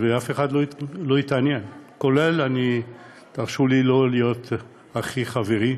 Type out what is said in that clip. ואף אחד לא התעניין, תרשו לי לא להיות הכי חברי,